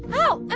oh, i'm